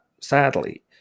sadly